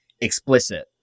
explicit